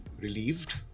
relieved